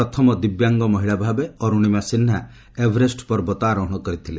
ପ୍ରଥମ ଦିବ୍ୟାଙ୍ଗ ମହିଳା ଭାବେ ଅରୁଣିମା ସିହ୍ନା ଏଭରେଷ୍ଟ ପର୍ବତ ଆରୋହଣ କରିଥିଲେ